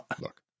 look